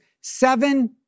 seven